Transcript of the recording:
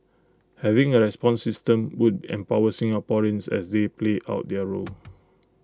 having A response system would empower Singaporeans as they play out their role